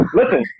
listen